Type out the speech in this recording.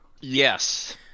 yes